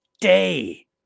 day